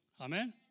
Amen